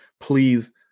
please